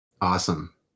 Awesome